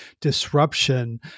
disruption